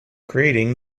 creating